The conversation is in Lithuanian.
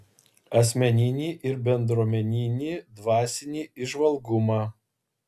asmeninį ir bendruomeninį dvasinį įžvalgumą